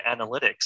analytics